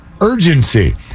urgency